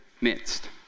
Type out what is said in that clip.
midst